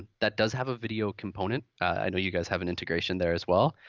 that does have a video component. i know you guys have an integration there as well.